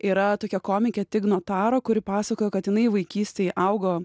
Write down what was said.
yra tokia komikė tig notaro kuri pasakojo kad jinai vaikystėje augo